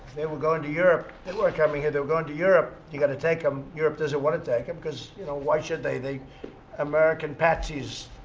they were going to europe. they weren't coming here they were going to europe. you've got to take them. europe doesn't want to take them because, you know, why should they? they american patsies.